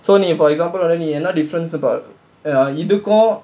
so நீ இப்போ:nee ippo for example என்ன:enna difference பாரு இருக்கும்:paaru irukkum